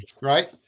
right